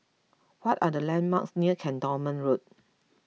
what are the landmarks near Cantonment Road